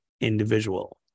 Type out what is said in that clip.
individual